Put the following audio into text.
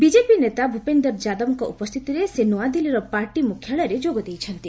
BJP ନେତା ଭୂପେନ୍ଦର ଯାଦବଙ୍କ ଉପସ୍ଥିତିରେ ସେ ନ୍ତିଆଦିଲ୍ଲୀର ପାର୍ଟି ମୁଖ୍ୟାଳୟରେ ଯୋଗ ଦେଇଛନ୍ତି